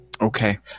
Okay